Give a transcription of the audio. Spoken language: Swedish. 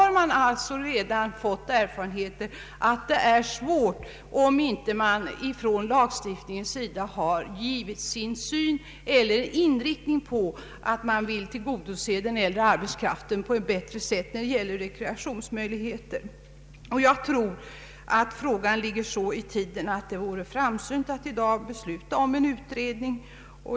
TCO har alltså redan erfarenheter av att det är svårt att nå resultat om inte lagstiftarna har givit uttryck för att de vill tillgodose den äldre arbetskraften på ett bättre sätt när det gäller rekrea tionsmöjligheter. Jag tror att frågan ligger så i tiden att det vore framsynt att i dag besluta om en utredning.